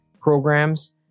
programs